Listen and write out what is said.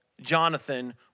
Jonathan